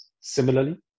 similarly